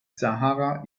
sahara